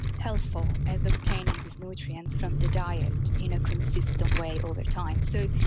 helpful as obtaining these nutrients from the diet in a consistent way all the time. so,